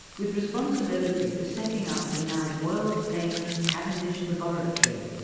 with responsibility for setting up the now world-famous cavendish laboratory.